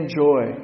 joy